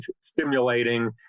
stimulating